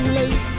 late